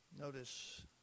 Notice